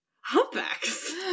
humpbacks